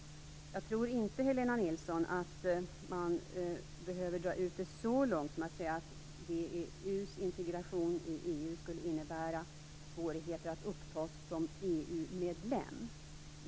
Jag tror inte att man behöver dra ut det så långt som att säga att VEU:s integration i EU skulle innebära svårigheter att upptas som EU-medlem, Helena Nilsson.